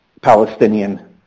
palestinian